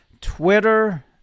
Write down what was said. Twitter